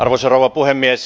arvoisa rouva puhemies